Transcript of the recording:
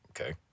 Okay